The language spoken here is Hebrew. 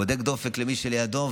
הוא בודק דופק למי שלידו,